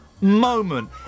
moment